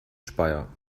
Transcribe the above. speyer